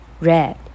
Red